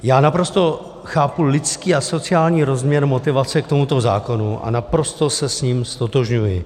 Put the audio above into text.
Já naprosto chápu lidský a sociální rozměr motivace k tomuto zákonu a naprosto se s ním ztotožňuji.